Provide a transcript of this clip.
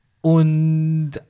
Und